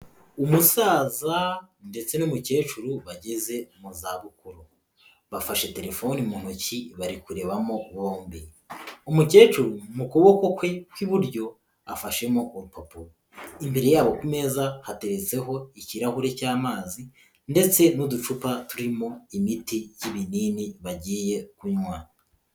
Umusaza ndetse n'umukecuru bageze mu zabukuru, bafashe telefone mu ntoki bari kurebamo bombi, umukecuru mu kuboko kwe kw'iburyo afashemo urupapuro, imbere yabo ku meza hateretseho ikirahure cy'amazi ndetse n'uducupa turimo imiti y'ibinini bagiye kunywa.